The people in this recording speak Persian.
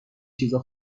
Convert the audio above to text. چیزا